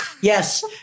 Yes